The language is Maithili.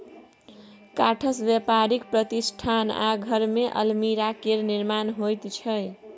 काठसँ बेपारिक प्रतिष्ठान आ घरमे अलमीरा केर निर्माण होइत छै